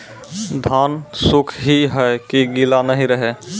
धान सुख ही है की गीला नहीं रहे?